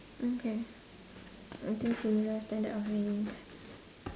okay I think similar standard of living